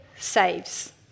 saves